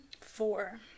Four